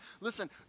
Listen